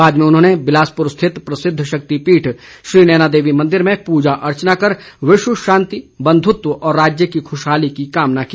बाद में उन्होंने बिलासपुर स्थित प्रसिद्ध शक्तिपीठ श्री नयना देवी मंदिर में पूजा अर्चना कर विश्व शांति बंधुत्व और राज्य की खुशहाली की कामना की